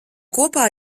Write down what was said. kopā